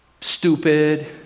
stupid